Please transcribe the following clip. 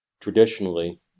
traditionally